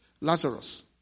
Lazarus